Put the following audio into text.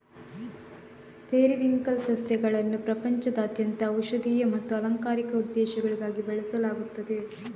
periwinkle ಸಸ್ಯಗಳನ್ನು ಪ್ರಪಂಚದಾದ್ಯಂತ ಔಷಧೀಯ ಮತ್ತು ಅಲಂಕಾರಿಕ ಉದ್ದೇಶಗಳಿಗಾಗಿ ಬೆಳೆಸಲಾಗುತ್ತದೆ